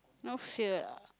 no fear ah